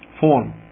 form